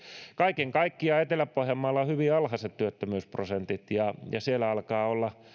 kaiken kaikkiaan etelä pohjanmaalla on hyvin alhaiset työttömyysprosentit ja ja siellä alkaa olla